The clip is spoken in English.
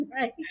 right